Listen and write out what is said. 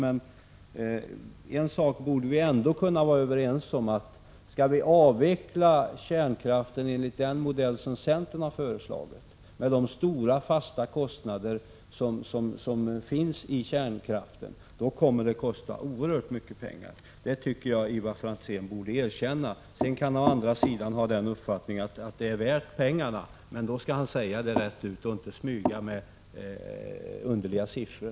En sak borde vi kunna vara överens om: Skall vi avveckla kärnkraften enligt den modell som centern har föreslagit, kommer det med tanke på de stora fasta kostnaderna att kosta oerhört mycket pengar. Detta borde Ivar Franzén kunna erkänna. Sedan kan han å andra sidan ha den uppfattningen att detta är värt pengarna. I så fall skall han säga det rent ut och inte smyga med underliga siffror.